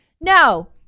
No